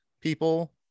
people